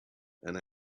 and